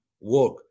work